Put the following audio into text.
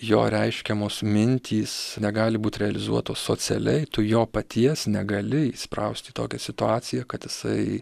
jo reiškiamos mintys negali būti realizuotos socialiai tu jo paties negali įsprausti į tokią situaciją kad jisai